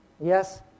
Yes